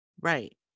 Right